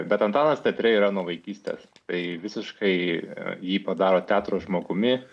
bet antanas teatre yra nuo vaikystės tai visiškai jį padaro teatro žmogumi